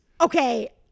Okay